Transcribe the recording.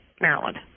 Maryland